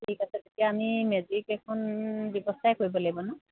ঠিক আছে তেতিয়া আমি মেজিক এখন ব্যৱস্থাই কৰিব লাগিব ন